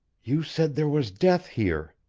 you said there was death here,